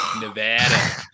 nevada